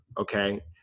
Okay